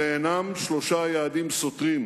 אלה אינם שלושה יעדים סותרים,